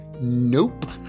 Nope